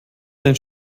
dein